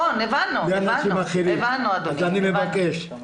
אז אני מבקש.